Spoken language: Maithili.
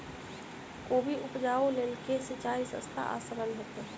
कोबी उपजाबे लेल केँ सिंचाई सस्ता आ सरल हेतइ?